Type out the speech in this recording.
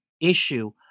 issue